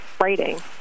writing